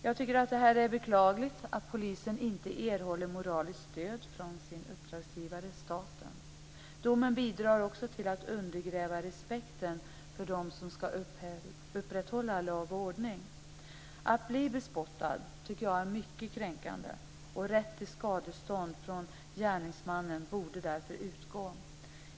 Jag tycker att det är beklagligt att polisen inte erhåller moraliskt stöd från sin uppdragsgivare staten. Domen bidrar också till att undergräva respekten för dem som ska upprätthålla lag och ordning. Att bli bespottad är mycket kränkande. Rätt till skadestånd från gärningsmannen borde därför utgå.